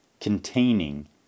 containing